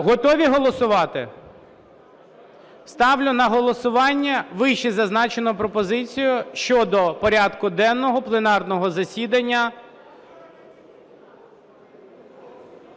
Готові голосувати? Ставлю на голосування вищезазначену пропозицію щодо порядку денного пленарного засідання